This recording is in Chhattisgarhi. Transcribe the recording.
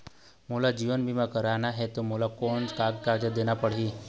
मोला जीवन बीमा करवाना हे ता मोला कोन कोन कागजात देना पड़ही?